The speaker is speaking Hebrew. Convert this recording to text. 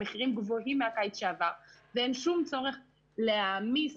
המחירים גבוהים מהקיץ שעבר, ואין שום צורך להעמיס